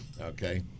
Okay